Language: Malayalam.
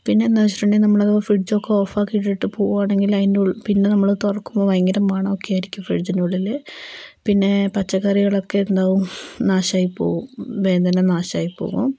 പിന്നെയെന്താണെന്നു വച്ചിട്ടുണ്ടെങ്കിൽ നമ്മൾ ഫ്രിഡ്ജൊക്കെ ഓഫാക്കിയിട്ടിട്ട് പോവുകയാണെങ്കിൽ അയിൻ്റെ ഉൾ പിന്നെ നമ്മൾ തുറക്കുമ്പോൾ ഭയങ്കര മണമൊക്കെ ആയിരിക്കും ഫ്രിഡ്ജിനുള്ളിൽ പിന്നേ പച്ചക്കറികളൊക്കെ എന്താവും നാശമായിപ്പോവും മുൻപേ തന്നെ നാശമായിപ്പോവും